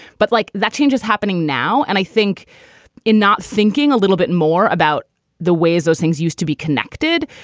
but like that change is happening now. and i think in not thinking a little bit more about the ways those things used to be connected,